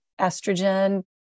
estrogen